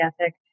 ethic